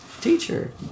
teacher